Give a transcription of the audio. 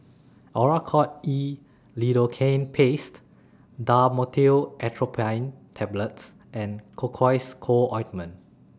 Oracort E Lidocaine Paste Dhamotil Atropine Tablets and Cocois Co Ointment